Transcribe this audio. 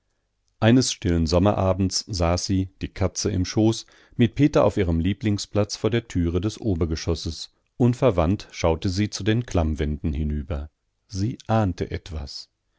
eines stillen sommerabends saß sie die katze im schoß mit peter auf ihrem lieblingsplatz vor der tür des obergeschosses unverwandt schaute sie zu den klammwänden hinüber sie ahnte etwas